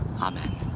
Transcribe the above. amen